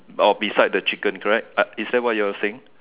or beside the chicken correct uh is that what you are saying